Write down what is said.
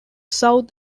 south